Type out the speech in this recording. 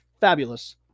fabulous